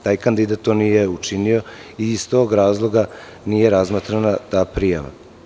Taj kandidat to nije učinio i iz tog razloga nije razmatrana ta prijava.